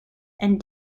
and